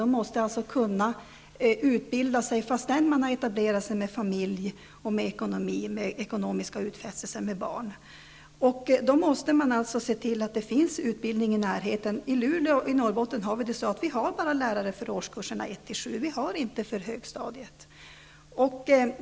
De måste alltså kunna utbilda sig fastän de har etablerat sig med familj, ekonomiska utfästelser och barn. Man måste alltså se till att det finns en utbildning i närheten. I Luleå i Norrbotten har vi bara lärarutbildning för årskurserna 1--7, inte för högstadiet.